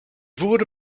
wurde